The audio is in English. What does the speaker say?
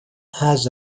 has